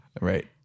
Right